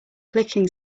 clicking